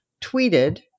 tweeted